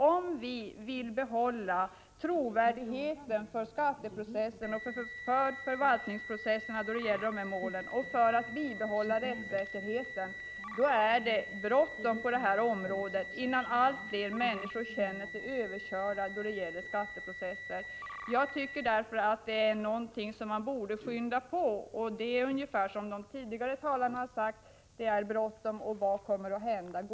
Om vi vill behålla skatteprocessens och förvaltningsprocessernas trovärdighet och bibehålla rättssäkerheten, är det bråttom att åtgärder vidtas på detta område, innan allt fler människor känner sig överkörda då det gäller skatteprocesser. Man borde därför skynda på med förändringarna. Som de tidigare talarna har sagt är det bråttom. Vad kommer att hända under tiden?